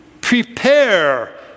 prepare